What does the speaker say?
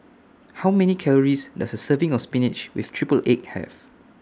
How Many Calories Does A Serving of Spinach with Triple Egg Have